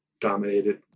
dominated